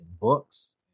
books